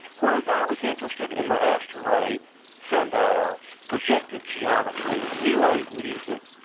whereas i was interested in the astrolabe, sundials, projective geometry, new age music,